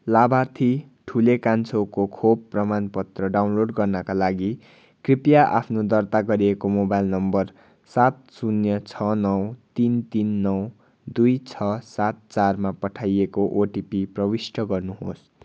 लाभार्थी ठुले कान्छोको खोप प्रमाणपत्र डाउनलोड गर्नाका लागि कृपया आफ्नो दर्ता गरिएको मोबाइल नम्बर सात शून्य छ नौ तिन तिन नौ दुई छ सात चारमा पठाइएको ओटिपी प्रविष्ट गर्नुहोस्